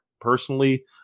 Personally